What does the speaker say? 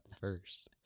first